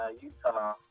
Utah